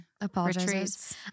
apologizes